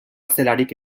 zelarik